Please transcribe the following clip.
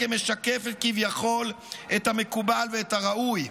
כמשקפת כביכול את המקובל ואת הראוי,